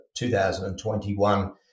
2021